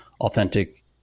authentic